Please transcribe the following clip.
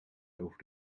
over